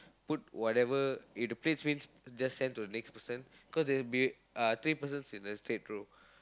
put whatever if the plates means just send to the next person cause there'll be uh three persons in a straight row